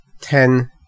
ten